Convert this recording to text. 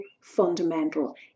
fundamental